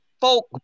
folk